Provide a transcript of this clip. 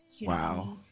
Wow